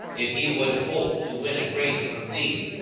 if he would hope to win a grace from thee.